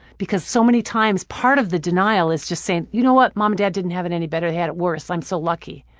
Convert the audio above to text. because so many times, part of the denial is just saying you know what? mom and dad didn't have it any better, they had it worse, i'm so lucky.